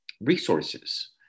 resources